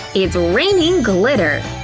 it's raining glitter!